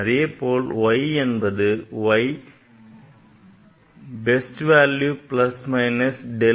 அதேபோல் y என்பது y best plus minus del y